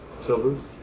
Silvers